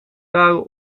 waren